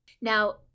Now